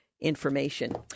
information